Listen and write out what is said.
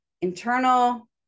internal